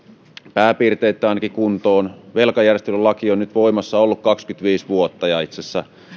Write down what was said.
pääpiirteittäin ainakin kuntoon velkajärjestelylaki on nyt voimassa ollut kaksikymmentäviisi vuotta ja itse asiassa